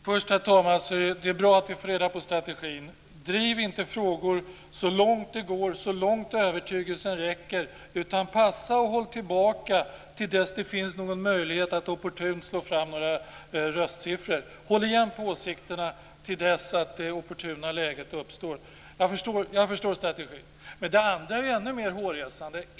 Herr talman! Det är bra att vi får reda på strategin: Driv inte frågor så långt det går och så långt övertygelsen räcker, utan passa och håll tillbaka till dess det finns någon möjlighet att opportunt slå fram röstsiffror. Håll igen på åsikterna till dess det opportuna läget uppstår. Jag förstår strategin. Det andra är ännu mer hårresande.